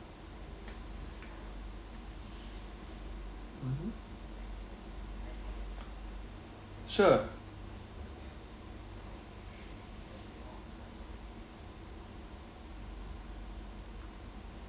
mmhmm sure